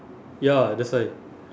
ya that's why